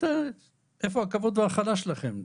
איפה הכבוד וההכלה שלכם כלפיהם?